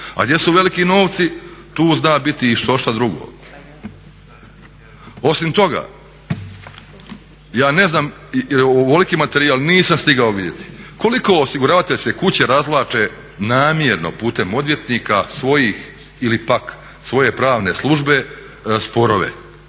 A gdje su veliki novci tu zna biti i štošta drugo. Osim toga, ja ne znam je li ovoliki materijal, nisam stigao vidjeti, koliko osiguravateljske kuće razvlače namjerno putem odvjetnika svojih ili pak svoje pravne službe sporove?